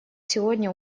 сегодня